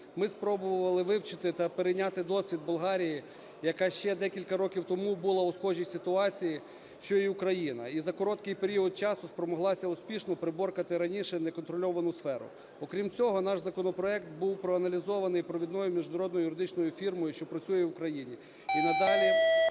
Ми спробували вивчити та перейняти досвід Болгарії, яка ще декілька років тому була у схожій ситуації, що і Україна, і за короткий період часу спромоглася успішно приборкати раніше неконтрольовану сферу. Окрім цього, наш законопроект був проаналізований провідною міжнародною юридичною фірмою, що працює в Україні.